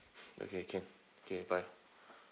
okay can okay bye